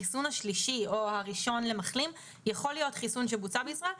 החיסון השלישי או הראשון למחלים יכול להיות חיסון שבוצע בישראל,